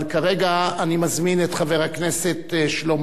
אבל כרגע אני מזמין את חבר הכנסת שלמה